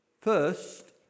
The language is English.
First